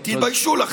תתביישו לכם.